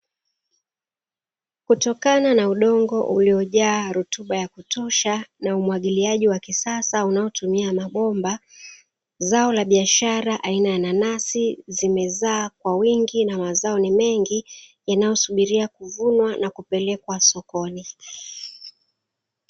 Kutokana na udongo uliojaa rutuba ya kutosha na umwagiliaji wa kisasa unaotumia mabomba. Zao la biashara aina ya nanasi zimezaa kwa wingi na mazao ni mengi, yanayosubiria kuvunwa na kupelekwa sokoni.